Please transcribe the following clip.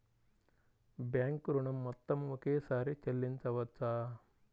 Bank ఋణం మొత్తము ఒకేసారి చెల్లించవచ్చా?